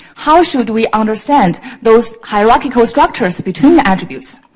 how should we understand those hierarchical structures between attributes?